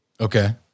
okay